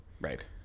right